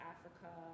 Africa